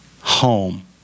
home